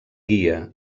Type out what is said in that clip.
guia